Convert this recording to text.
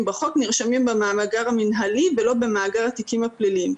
בחוק נרשמים במאגר המנהלי ולא במאגר התיקים הפליליים.